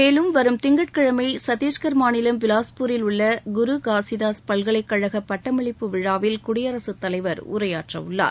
மேலும் வரும் திங்கட்கிழமை சத்தீஷ்கர் மாநிலம் பிலாஸ்பூரில் உள்ள குரு காசிதாஸ் பல்கலைக்கழக பட்டமளிப்பு விழாவில் குடியரசுத் தலைவர் உரையாற்றவுள்ளார்